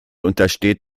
untersteht